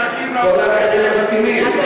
ישנים, מחכים, כל האחרים מסכימים.